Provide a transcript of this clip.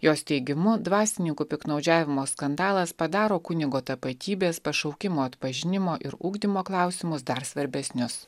jos teigimu dvasininkų piktnaudžiavimo skandalas padaro kunigo tapatybės pašaukimo atpažinimo ir ugdymo klausimus dar svarbesnius